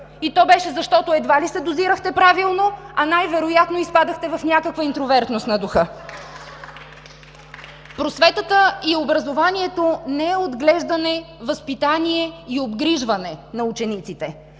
И то беше защото едва ли се дозирахте правилно, а най-вероятно изпадахте в някаква интровертност на духа. (Частични ръкопляскания от ГЕРБ.) Просветата и образованието не са отглеждане, възпитание и обгрижване на учениците.